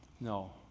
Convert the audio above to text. no